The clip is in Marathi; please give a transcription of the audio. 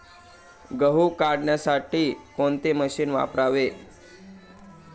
गहू काढण्यासाठी कोणते मशीन वापरावे?